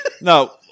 No